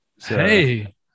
Hey